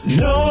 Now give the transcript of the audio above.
no